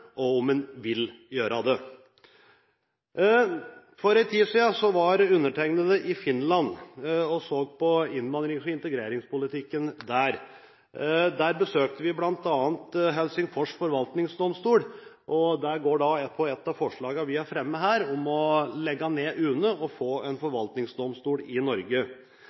og om en vil gjøre det. For en tid siden var undertegnede i Finland og så på innvandrings- og integreringspolitikken der. Vi besøkte bl.a. Helsingsfors förvaltningsdomstol. Ett av forslagene vi har fremmet her, går på å legge ned UNE og få en forvaltningsdomstol i Norge.